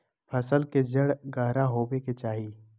फसल के जड़ गहरा होबय के चाही